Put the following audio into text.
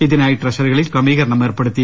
ഇതിനായി ട്രഷറികളിൽ ക്രമീകരണം ഏർ പ്പെടുത്തി